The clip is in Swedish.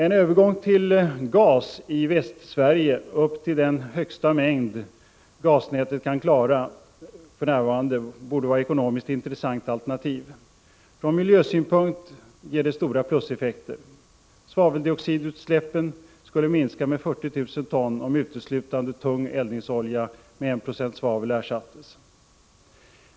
En övergång till gas i Västsverige upp till den högsta mängd gasnätet för närvarande kan klara borde vara ett ekonomiskt intressant alternativ. Från miljösynpunkt ger det stora pluseffekter. Svaveldioxidutsläppen skulle minska med 40 000 ton om uteslutande tung eldningsolja med 1 26 svavel ersattes med något annat.